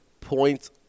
points